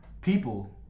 people